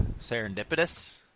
serendipitous